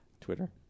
Twitter